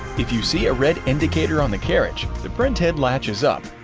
if you see a red indicator on the carriage, the printhead latch is up.